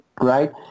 right